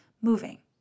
moving